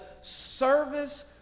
service